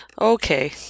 Okay